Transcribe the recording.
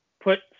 put